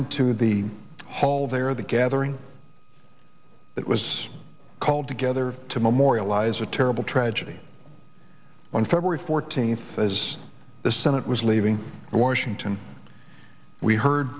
into the hall there the gathering that was called together to memorialize a terrible tragedy on february fourteenth as the senate was leaving washington we heard